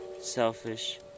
selfish